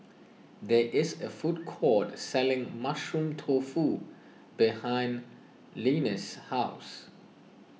there is a food court selling Mushroom Tofu behind Linus' house